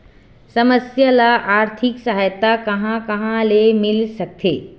समस्या ल आर्थिक सहायता कहां कहा ले मिल सकथे?